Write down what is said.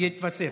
יתווסף.